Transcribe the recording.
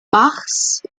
bachs